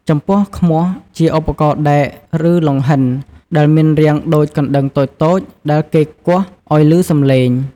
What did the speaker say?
ចំពោះឃ្មោះ ជាឧបករណ៍ដែក ឬលង្ហិនដែលមានរាងដូចកណ្តឹងតូចៗ ដែលគេគោះឲ្យឮសំឡេង។